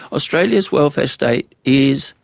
australia's welfare state is,